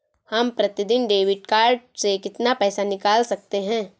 हम प्रतिदिन debit card से कितना पैसा निकाल सकते हैं?